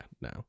no